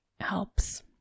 helps